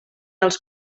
els